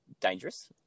dangerous